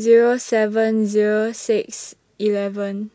Zero seven Zero six eleven